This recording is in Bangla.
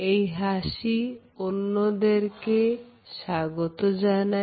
এই হাসি অন্যদেরকে স্বাগত জানায়